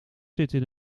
zitten